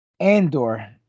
Andor